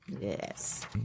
Yes